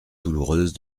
douloureuse